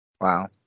Wow